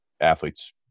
athletes